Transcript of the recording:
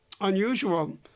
unusual